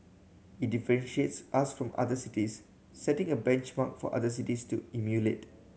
it differentiates us from other cities setting a benchmark for other cities to emulate